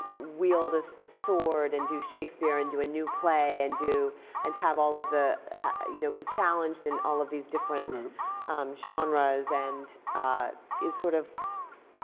wield a sword and do shakespeare and do a new play and do and have all of the you know be challenged in all of these different genres. and is sort of